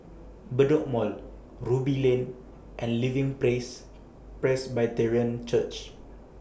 Bedok Mall Ruby Lane and Living Praise Presbyterian Church